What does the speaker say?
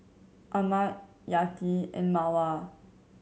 ahmad Yati and Mawar